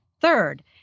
Third